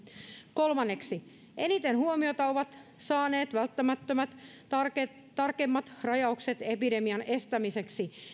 kolmanneksi eniten huomiota ovat saaneet välttämättömät tarkemmat tarkemmat rajaukset epidemian estämiseksi